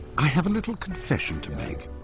i have a little confession to make.